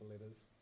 letters